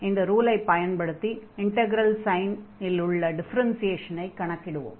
அந்த ரூலை பயன்படுத்தி இன்டக்ரல் சைனில் உள்ள டிஃபெரென்சியேஷனை கணக்கிடுவோம்